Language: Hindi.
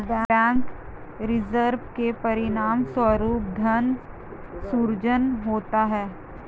बैंक रिजर्व के परिणामस्वरूप धन सृजन होता है